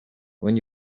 when